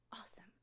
awesome